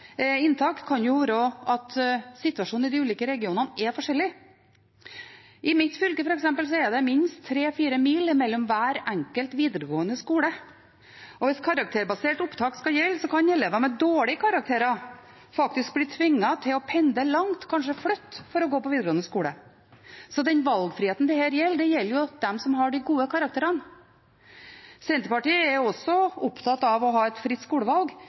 inntak, kan være at situasjonen i de ulike regionene er forskjellig. I mitt fylke f.eks. er det minst 3–4 mil mellom hver enkelt videregående skole, og hvis karakterbasert opptak skal gjelde, kan elever med dårlige karakterer faktisk bli tvunget til å pendle langt, kanskje flytte, for å gå på videregående skole – så den valgfriheten gjelder dem som har de gode karakterene. Senterpartiet er også opptatt av å ha et fritt skolevalg,